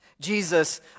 Jesus